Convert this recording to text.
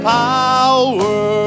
power